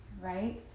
right